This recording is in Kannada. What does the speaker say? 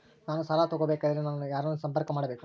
ನಾನು ಸಾಲ ತಗೋಬೇಕಾದರೆ ನಾನು ಯಾರನ್ನು ಸಂಪರ್ಕ ಮಾಡಬೇಕು?